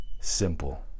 simple